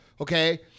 okay